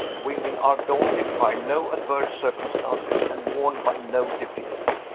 women are daunted by no adverse circumstances and warned by no defeat.